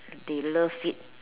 they love it